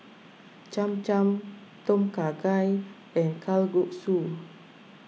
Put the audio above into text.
Cham Cham Tom Kha Gai and Kalguksu